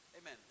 Amen